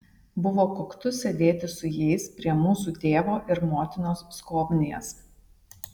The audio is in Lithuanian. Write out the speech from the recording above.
buvo koktu sėdėti su jais prie mūsų tėvo ir motinos skobnies